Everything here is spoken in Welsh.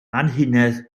anhunedd